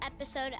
episode